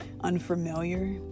unfamiliar